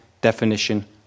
definition